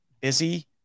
Busy